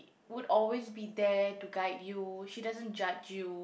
would always be there to guide you she doesn't judge you